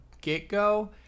get-go